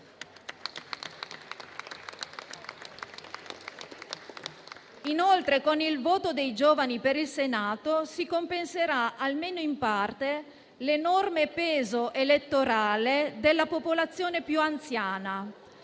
Inoltre, con il voto dei giovani per il Senato si compenserà, almeno in parte, l'enorme peso elettorale della popolazione più anziana.